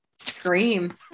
scream